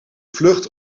vlucht